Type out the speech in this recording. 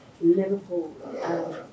Liverpool